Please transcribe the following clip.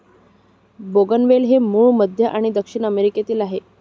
बोगनवेल हे मूळ मध्य आणि दक्षिण अमेरिकेतील आहे